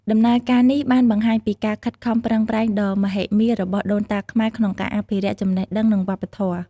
ដំណើរការនេះបានបង្ហាញពីការខិតខំប្រឹងប្រែងដ៏មហិមារបស់ដូនតាខ្មែរក្នុងការអភិរក្សចំណេះដឹង និងវប្បធម៌។